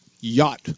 yacht